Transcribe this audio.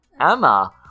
Emma